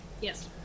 yes